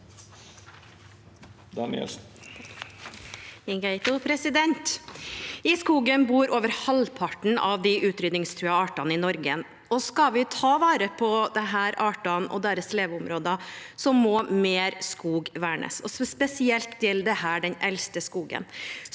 I skogen bor over halvparten av de utrydningstruede artene i Norge. Skal vi ta vare på disse artene og deres leveområder, må mer skog vernes, og spesielt gjelder det den eldste skogen.